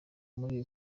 muri